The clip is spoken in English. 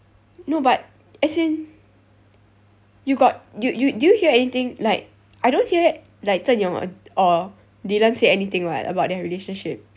no but as in you got you you did you hear anything like I don't hear like zen yong or dylan saying anything [what] about their relationship